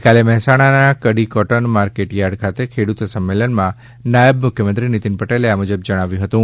ગઇકાલે મહેસાણાના Kadi cotton market yard ખાતે ખેડૂત સંમેલનમાં નાયબ મુખ્યમંત્રી નીતિન પટેલે આ મુજબ જણાવ્યું હતું